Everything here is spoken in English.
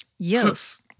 Yes